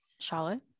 charlotte